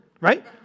right